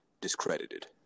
discredited